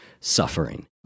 suffering